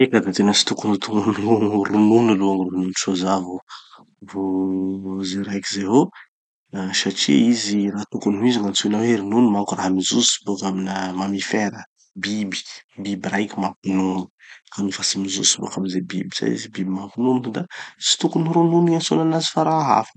Eka da tokony tsy ho tognony ro- ronono aloha gny ronono soja vo vo ze raiky zehô. Satria izy, raha tokony ho izy, gn'antsoina hoe ronono manko, raha mijotso boka amina mamifère, biby, biby raiky mampinono. Nofa tsy mijotso boka amy ze biby zay izy, biby mampinono da tsy tokony ronono gny iantsoana anazy fa raha hafa.